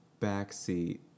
backseat